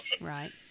right